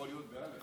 יכול להיות בא'.